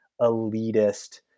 elitist